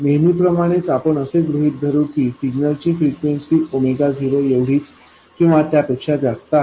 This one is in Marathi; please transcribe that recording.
नेहमीप्रमाणे आपण असे गृहित धरू की सिग्नल ची फ्रिक्वेन्सी 0एवढीच किंवा त्या पेक्षा जास्त आहे